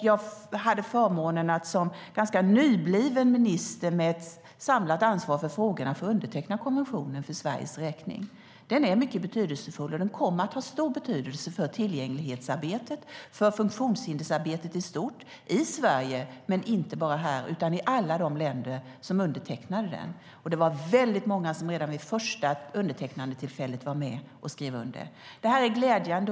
Jag hade förmånen att som ganska nybliven minister med samlat ansvar för frågorna få underteckna konventionen för Sveriges räkning. Den är mycket betydelsefull. Den kommer att ha stor betydelse för tillgänglighetsarbetet, för funktionshindersarbetet i stort, både i Sverige och i alla andra länder som undertecknat den. Det var många som redan vid första undertecknandetillfället skrev under, vilket är glädjande.